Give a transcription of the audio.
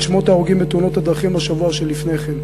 את שמות ההרוגים בתאונות הדרכים בשבוע שלפני כן.